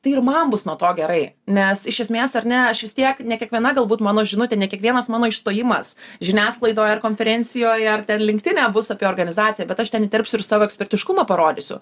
tai ir man bus nuo to gerai nes iš esmės ar ne aš vis tiek ne kiekviena galbūt mano žinutė ne kiekvienas mano išstojimas žiniasklaidoj ar konferencijoje ar linktine bus apie organizaciją bet aš ten įterpsiu ir savo ekspertiškumą parodysiu